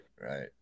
right